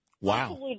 Wow